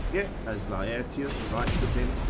yet as laertius writes of him,